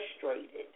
frustrated